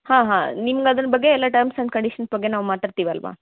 ಹಾಂ ಹಾಂ ನಿಮ್ಗ ಅದ್ರ ಬಗ್ಗೆ ಎಲ್ಲ ಟರ್ಮ್ಸ್ ಆ್ಯಂಡ್ ಕಂಡೀಶನ್ಸ್ ಬಗ್ಗೆ ನಾವು ಮಾತಾಡ್ತಿವಲ್ಲವಾ